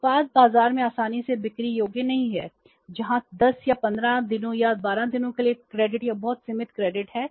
उत्पाद बाजार में आसानी से बिक्री योग्य नहीं है जहां 10 या 15 दिनों या 12 दिनों के लिए क्रेडिट या बहुत सीमित क्रेडिट है